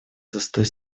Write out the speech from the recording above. застой